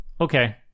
Okay